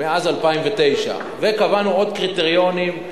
מאז 2009. וקבענו עוד קריטריונים,